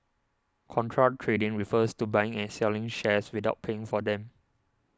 contra trading refers to buying and selling shares without paying for them